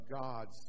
God's